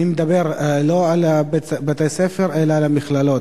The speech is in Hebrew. אני לא מדבר על בתי-הספר, אלא על המכללות.